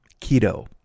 keto